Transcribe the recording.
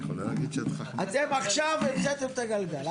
אתם עכשיו המצאתם את הגלגל.